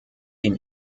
ihn